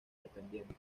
dependiente